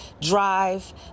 drive